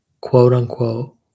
quote-unquote